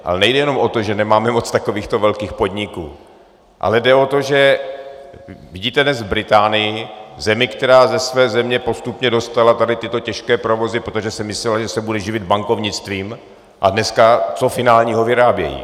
Ale nejde jenom o to, že nemáme moc takovýchto velkých podniků, ale jde o to, že vidíte dnes v Británii, zemi, která ze své země postupně dostala tyto těžké provozy, protože si myslela, že se bude živit bankovnictvím, a dneska co finálního vyrábějí?